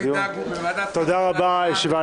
תודה רבה לכולם, אני נועל את הישיבה.